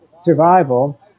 survival